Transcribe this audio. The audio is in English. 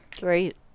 Great